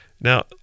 Now